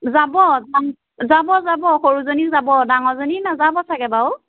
যাব যাব যাব সৰুজনী যাব ডাঙৰজনী নাযাব চাগে বাৰু